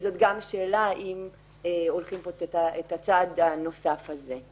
וזאת גם שאלה אם הולכים פה את הצעד הנוסף הזה.